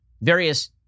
various